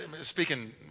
speaking